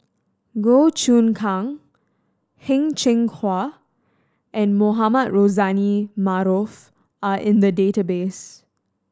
Goh Choon Kang Heng Cheng Hwa and Mohamed Rozani Maarof are in the database